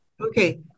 Okay